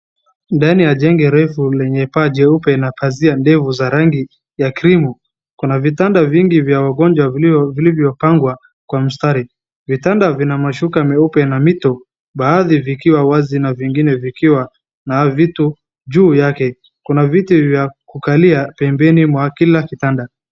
Ndani ya jengo refu lenye paa jeupe na pazia za rangi ya krimu. Kuna vitanda vingi vya wagonjwa vilivyopangwa kwa mstari. Vitanda vina mashuka meupe na mito baadhi vikiwa wazi na vingine vikiwa na vitu juu yake. Kuna viti vya kukalia pembeni mwa kila kitanda.